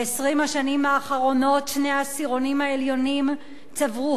ב-20 השנים האחרונות שני העשירונים העליונים צברו